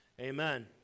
Amen